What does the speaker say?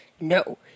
no